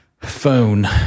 Phone